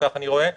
כך אני רואה,